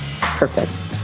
purpose